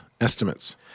estimates